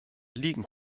liegen